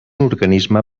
organisme